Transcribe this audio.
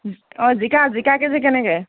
অঁ জিকা জিকা কেজি কেনেকৈ